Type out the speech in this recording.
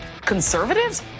Conservatives